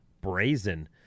brazen